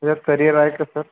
त्याच्यात करिअर आहे का सर